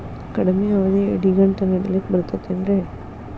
ಕಡಮಿ ಅವಧಿಗೆ ಇಡಿಗಂಟನ್ನು ಇಡಲಿಕ್ಕೆ ಬರತೈತೇನ್ರೇ?